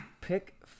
Pick